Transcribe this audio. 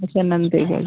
अच्छा नंदगंज